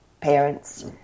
parents